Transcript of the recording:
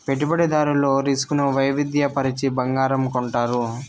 పెట్టుబడిదారులు రిస్క్ ను వైవిధ్య పరచి బంగారం కొంటారు